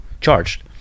charged